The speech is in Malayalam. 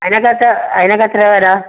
അതിനൊക്കെ എത്രയാണ് അതിനൊക്കെത്രയാണ് വരുക